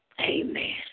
Amen